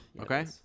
Okay